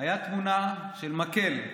הייתה תמונה של מקל,